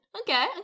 Okay